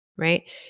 right